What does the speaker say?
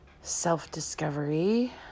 self-discovery